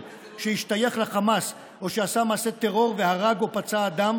שהשתייך לחמאס או שעשה מעשה טרור והרג או פצע אדם,